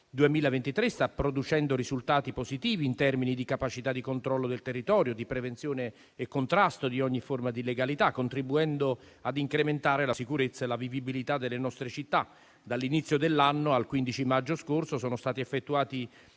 2023, sta producendo risultati positivi in termini di capacità di controllo del territorio, di prevenzione e contrasto di ogni forma di illegalità, contribuendo ad incrementare la sicurezza e la vivibilità delle nostre città. Dall'inizio dell'anno al 15 maggio scorso, sono stati effettuati